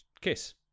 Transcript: kiss